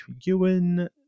Ewan